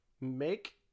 make